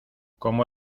como